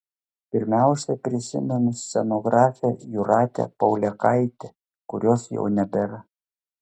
pirmiausia prisimenu scenografę jūratę paulėkaitę kurios jau nebėra